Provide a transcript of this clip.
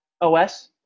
OS